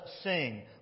sing